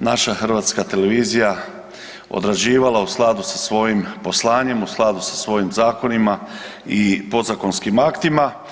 naša Hrvatska televizija odrađivala u skladu sa svojim poslanje, u skladu sa svojim zakonima i podzakonskim aktima.